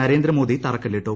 നരേന്ദ്ര മോദി തറക്കല്ലിട്ടു